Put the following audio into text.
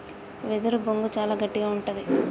వెదురు బొంగు చాలా గట్టిగా ఉంటది